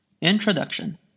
Introduction